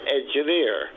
engineer